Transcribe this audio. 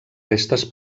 restes